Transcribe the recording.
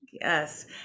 Yes